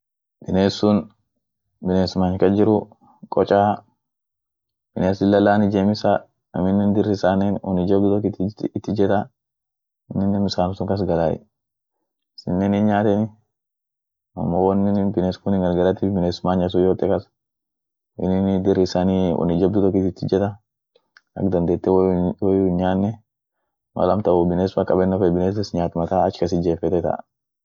binessun biness many kas jirru kochaa, biness lilla laan ijem issa, aminen dir isanen oni jabdu tokit it hijeta inine bissan sun kas galaay, isinen hin' nyaateni amo woinin biness kunin gargaratif biness manya sun yoote kas, ininii dir isanii wonni jabdu tokit it ijeta ak dandeete woyuhin-woyu hin' nyaane mal amtan wo biness fa kabenofeed biness is nyaat fa mata ach kasit jefete ta.